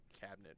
cabinet